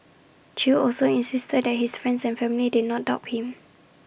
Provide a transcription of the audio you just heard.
chew also insisted that his friends and family did not doubt him